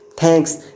Thanks